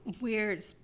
weird